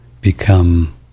become